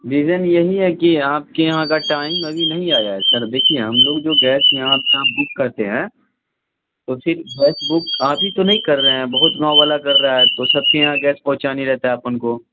reason یہی ہے کہ آپ کے یہاں کا ٹائم ابھی نہیں آیا ہے سر دیکھیے ہم لوگ جو گیس یہاں آپ کا بک کرتے ہیں تو پھر گیس بک آپ ہی تو نہیں کر رہے ہیں بہت گاؤں والا کر رہا ہے تو سب کے یہاں گیس پہنچانی رہتا ہے اپن کو